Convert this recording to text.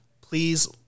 Please